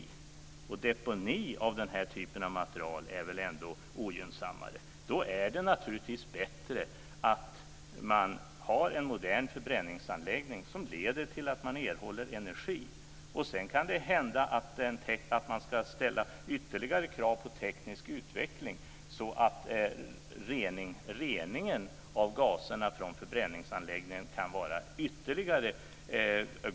Och deponi av den här typen av material är väl ändå ogynnsammare? Då är det naturligtvis bättre att man har en modern förbränningsanläggning som leder till att man erhåller energi. Sedan kan det hända att man kan ställa ytterligare krav på teknisk utveckling så att reningen av gaserna från förbränningsanläggningen blir ännu bättre.